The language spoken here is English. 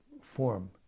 form